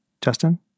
Justin